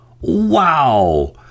Wow